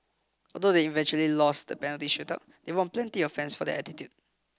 although they eventually lost the penalty shootout they won plenty of fans for their attitude